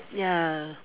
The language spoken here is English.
ya